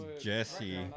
Jesse